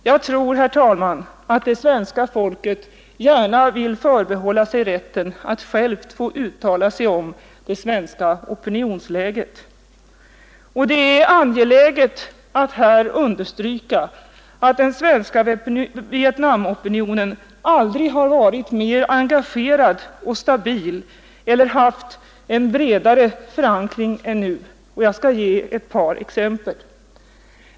Jag tror, herr talman, att det svenska folket vill förbehålla sig rätten att självt få uttala sig om det svenska opinionsläget. Och det är angeläget att här understryka, att den svenska Vietnamopinionen aldrig har varit mer engagerad och stabil eller haft en bredare förankring än nu. Jag skall ge ett par exempel.